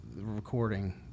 recording